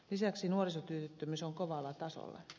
lisäksi nuorisotyöttömyys on kovalla tasolla